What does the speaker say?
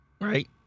Right